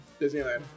Disneyland